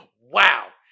Wow